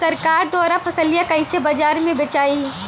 सरकार द्वारा फसलिया कईसे बाजार में बेचाई?